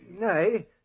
Nay